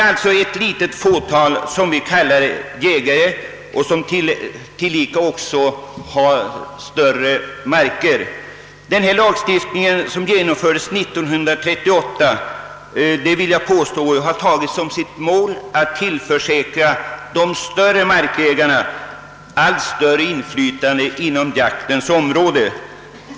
Jag vill påstå, att den lagstiftning som genomfördes 1938 hade till syfte att tillförsäkra de större markägarna allt större inflytande på jaktens område.